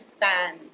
fan